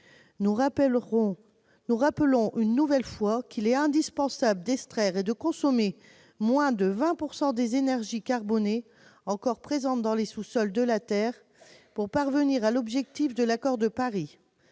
Nous rappelons une nouvelle fois qu'il est indispensable d'extraire et de consommer moins de 20 % des énergies carbonées encore présentes dans les sous-sols de la Terre pour parvenir à l'objectif de l'Accord de Paris.